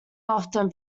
often